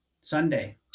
Sunday